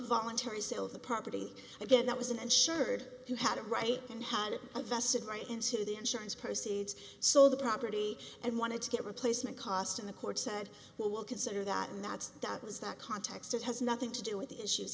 voluntary sale of the property again that was an end shirred who had a right and had a vested right into the insurance proceeds so the property and wanted to get replacement cost in the courts said well we'll consider that and that's that was that context it has nothing to do with the issues